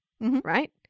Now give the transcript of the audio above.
right